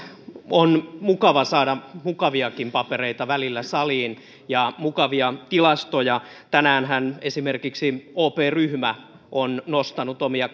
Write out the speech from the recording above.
on mukava saada mukaviakin papereita välillä saliin ja mukavia tilastoja tänäänhän esimerkiksi op ryhmä on nostanut omia